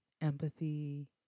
empathy